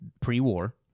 pre-war